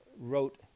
wrote